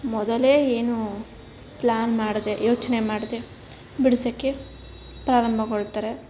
ಮೊದಲೇ ಏನೂ ಪ್ಲಾನ್ ಮಾಡದೇ ಯೋಚನೆ ಮಾಡದೇ ಬಿಡ್ಸೋಕ್ಕೆ ಪ್ರಾರಂಭಗೊಳ್ತಾರೆ